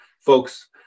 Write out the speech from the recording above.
folks